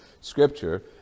scripture